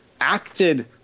acted